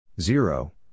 zero